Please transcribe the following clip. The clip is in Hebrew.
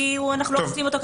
אנחנו לא רוצים אותו --- טוב,